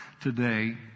today